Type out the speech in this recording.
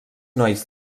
nois